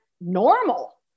normal